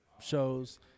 shows